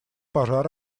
пожар